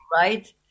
right